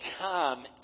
time